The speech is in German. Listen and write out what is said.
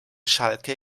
schalke